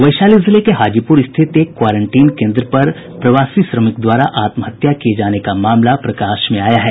वैशाली जिले के हाजीपूर स्थित एक क्वारेंटीन केन्द्र पर एक प्रवासी श्रमिक द्वारा आत्महत्या किये जाने का मामला प्रकाश में आया है